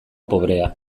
pobrea